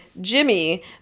Jimmy